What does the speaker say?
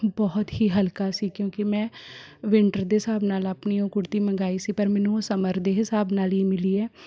ਬਹੁਤ ਹੀ ਹਲਕਾ ਸੀ ਕਿਉਂਕਿ ਮੈਂ ਵਿੰਟਰ ਦੇ ਹਿਸਾਬ ਨਾਲ ਆਪਣੀ ਉਹ ਕੁੜਤੀ ਮੰਗਾਈ ਸੀ ਪਰ ਮੈਨੂੰ ਉਹ ਸਮਰ ਦੇ ਹਿਸਾਬ ਨਾਲ ਹੀ ਮਿਲੀ ਹੈ